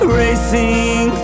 racing